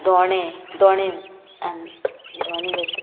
धोणे धोणे आनी धोणे जात